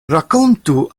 rakontu